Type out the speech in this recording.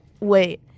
wait